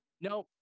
No